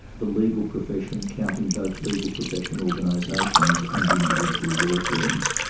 the legal profession, counting both legal profession organisations and individual law firms,